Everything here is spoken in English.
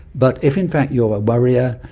but if in fact you are worrier,